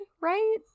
right